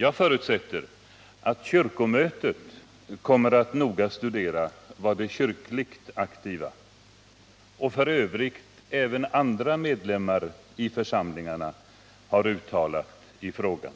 Jag förutsätter att kyrkomötet kommer att noga studera vad de kyrkligt aktiva — och f. ö. även andra medlemmar — i församlingarna har uttalat i frågan.